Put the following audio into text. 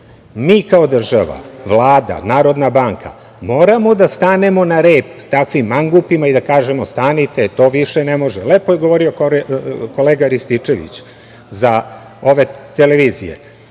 Mi kao država, Vlada, Narodna banka moramo da stanemo na rep takvim mangupima i da kažemo – stanite, to više ne može. Lepo je govorio kolega Rističević za ove televizije.